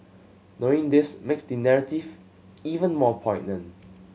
knowing this makes the narrative even more poignant